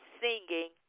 singing